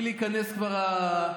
מפינדרוס, שהוא חבר שם, זה כבר הזנב?